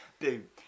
Boom